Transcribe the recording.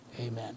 amen